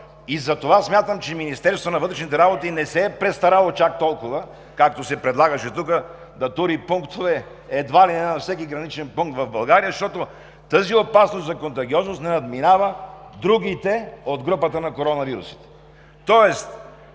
Затова смятам, че Министерството на вътрешните работи не се е престарало чак толкова, както се предлагаше тук, да сложи пунктове едва ли не на всеки граничен пункт в България, защото тази опасност на контагиозност не надминава другите от групата на коронавирусите.